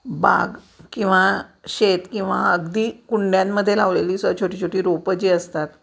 बाग किंवा शेत किंवा अगदी कुंड्यांमध्ये लावलेली स छोटी छोटी रोपं जी असतात